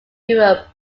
europe